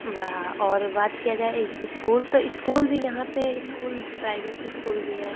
रहा और बात किया जाए स्कूल तो स्कूल भी यहाँ पर स्कूल प्राइवेट स्कूल भी हैं